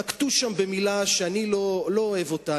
נקטו שם מלה שאני לא אוהב אותה,